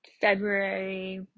February